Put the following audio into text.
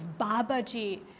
Babaji